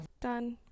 done